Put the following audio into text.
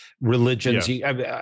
religions